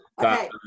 Okay